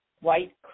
white